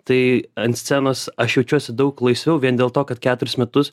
tai ant scenos aš jaučiuosi daug laisviau vien dėl to kad keturis metus